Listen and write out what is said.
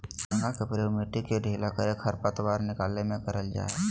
हेंगा के प्रयोग मिट्टी के ढीला करे, खरपतवार निकाले में करल जा हइ